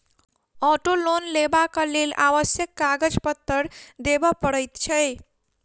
auto loan लेबाक लेल आवश्यक कागज पत्तर देबअ पड़ैत छै